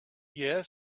even